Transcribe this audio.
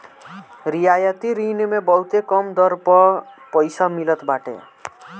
रियायती ऋण मे बहुते कम दर पअ पईसा मिलत बाटे